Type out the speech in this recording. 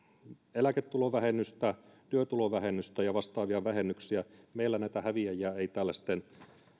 eläketulovähennystä työtulovähennystä ja vastaavia vähennyksiä meillä näitä häviäjiä ei täällä sitten